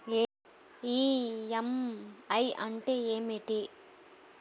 EMI అంటే ఏమిటి?